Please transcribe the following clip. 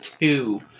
two